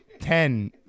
Ten